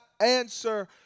answer